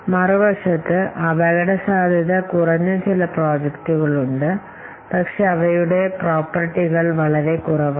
മറുവശത്ത് അപകടസാധ്യത കുറഞ്ഞ ചില പ്രോജക്ടുകൾ ഉണ്ട് ഇത് വളരെ അപകടസാധ്യതയുള്ള പ്രോജക്ടുകളാണ് പക്ഷേ അവയുടെ സ്വഭാവവും വളരെ കുറവാണ്